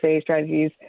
strategies